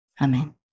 Amen